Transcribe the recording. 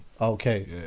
Okay